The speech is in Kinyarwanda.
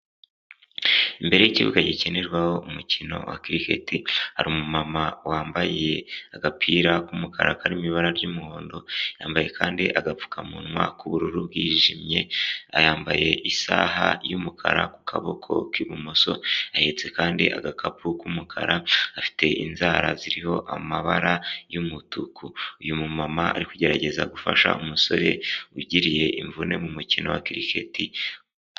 Imbere y'ikibuga gikinirwaho umukino wa cricket, hari umumama wambaye agapira k'umukara karimo ibara ry'umuhondo, yambaye kandi agapfukamunwa k'ubururu bwijimye, yambaye isaha y'umukara ku kaboko k'ibumoso, ahetse kandi agakapu k'umukara, afite inzara ziriho amabara y'umutuku. Uyu mumama ari kugerageza gufasha umusore ugiriye imvune mu mukino wa cricket.